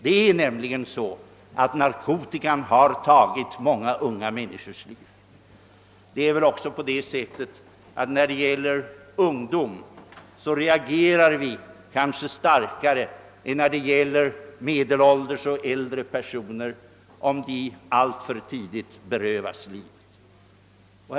Det är nämligen så att narkotikan har tagit många unga människors liv, och vi reagerar väl också starkare beträffande ungdomar som alltför tidigt berövats livet.